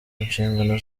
nshingano